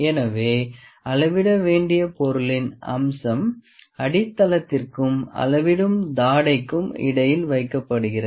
எனவே அளவிட வேண்டிய பொருளின் அம்சம் அடித்தளத்திற்கும் அளவிடும் தாடைக்கும் இடையில் வைக்கப்படுகிறது